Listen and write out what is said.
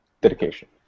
Dedication